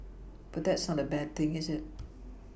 but that's not a bad thing is it